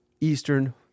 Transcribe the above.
Eastern